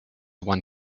one